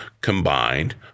Combined